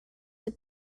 have